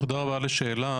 תודה רבה על השאלה,